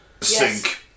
Sink